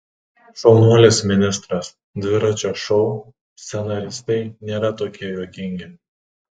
šaunuolis ministras dviračio šou scenaristai nėra tokie juokingi